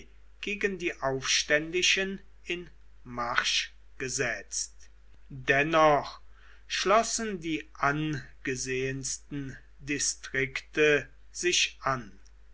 gegen die aufständischen in marsch gesetzt dennoch schlossen die angesehensten distrikte sich an